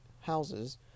houses